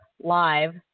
live